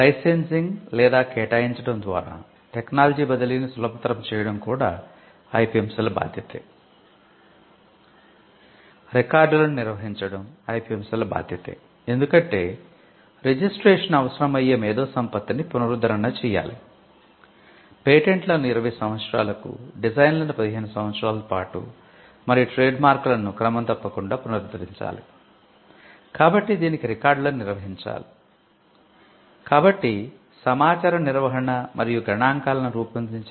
licensing లేదా కేటాయించడం ద్వారా టెక్నాలజీ బదిలీని సులభతరం చేయడం కూడా ఐపిఎం సెల్ బాధ్యతే